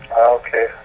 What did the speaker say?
Okay